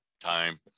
time